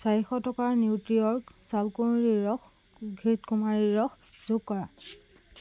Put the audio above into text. চাৰিশ টকাৰ নিউট্ৰিঅৰ্গ চালকুঁৱৰীৰ ৰস ঘৃতকুমাৰীৰ ৰস যোগ কৰা